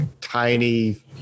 tiny